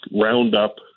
Roundup